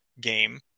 game